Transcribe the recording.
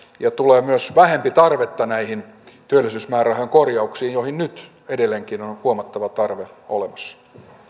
ja tulee myös vähempi tarvetta näihin työllisyysmäärärahojen korjauksiin joihin nyt edelleenkin on on huomattava tarve olemassa